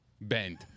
Bend